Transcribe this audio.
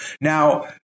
Now